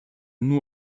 nur